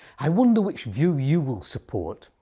i wonder which view you will support.